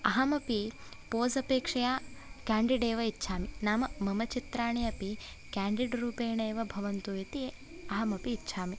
अहमपि पोस् अपेक्षया केण्डिड् एव इच्छामि नाम मम चित्राणि अपि केण्डिड् रूपेण एव भवन्तु इति अहमपि इच्छामि